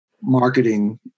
marketing